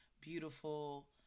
beautiful